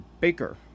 Baker